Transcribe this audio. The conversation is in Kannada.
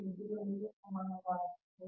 1 ಗೆ ಸಮಾನವಾಗಿರುತ್ತದೆ